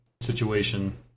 situation